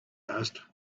asked